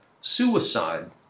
suicide